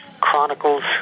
Chronicles